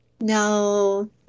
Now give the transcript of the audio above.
No